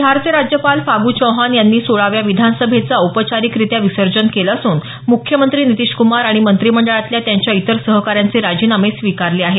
बिहारचे राज्यपाल फागु चौहान यांनी सोळाव्या विधानसभेचं औपचारिकरित्या विसर्जन केलं असून मुख्यमंत्री नितीश कुमार आणि मंत्रिमंडळातल्या त्यांच्या इतर सहकाऱ्यांचे राजीनामे स्वीकारले आहेत